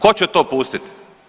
Ko će to pustit?